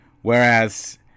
Whereas